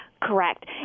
Correct